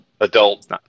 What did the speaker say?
adult